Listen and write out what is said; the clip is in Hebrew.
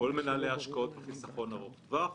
מנהלי השקעות וחיסכון ארוך טווח.